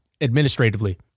administratively